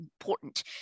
important